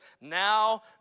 now